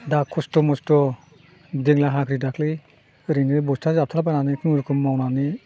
दा खस्थ' मस्थ' दाख्लै ओरैनो बस्था जाथ्लाबबायनानै खुनुरुखम मावनानै